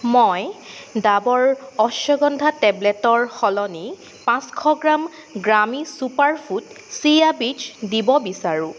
মই ডাবৰ অশ্বগন্ধা টেবলেটৰ সলনি পাঁচশ গ্ৰাম গ্ৰামী চুপাৰফুড চিয়া বীজ দিব বিচাৰোঁ